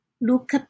Look